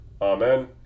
Amen